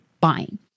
buying